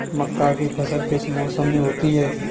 मक्का की फसल किस मौसम में होती है?